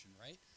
right